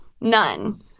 none